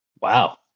Wow